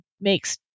makes